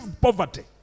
poverty